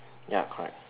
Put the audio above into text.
ya correct